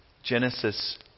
Genesis